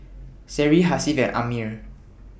Seri Hasif and Ammir